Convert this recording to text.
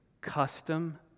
Custom